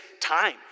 time